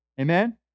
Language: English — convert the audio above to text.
Amen